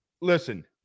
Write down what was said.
Listen